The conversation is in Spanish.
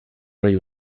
ello